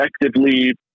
effectively